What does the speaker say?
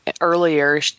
earlier